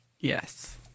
Yes